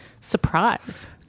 surprise